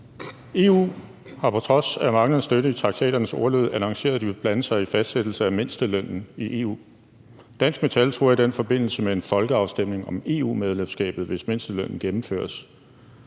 EU har på trods af manglende støtte i traktaternes ordlyd annonceret, at de vil blande sig i fastsættelse af mindstelønnen i EU. Dansk Metal truer i den forbindelse med en folkeafstemning om EU-medlemskabet, hvis mindstelønnen gennemføres.